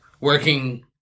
working